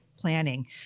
planning